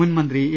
മുൻമന്ത്രി എ